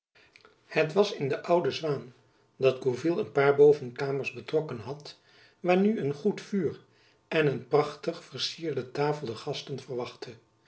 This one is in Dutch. het was in de oude zwaen dat gourville een paar bovenkamers betrokken had waar nu een goed vuur en een prachtig vercierde tafel de gasten verwachtte